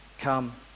come